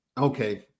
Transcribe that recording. Okay